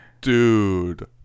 dude